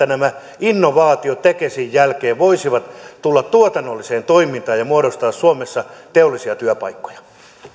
nämä innovaatiot tekesin jälkeen voisivat tulla tuotannolliseen toimintaan ja muodostaa suomessa teollisia työpaikkoja